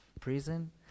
prison